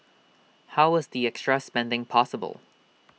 how was the extra spending possible